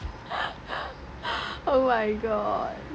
oh my god